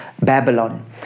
Babylon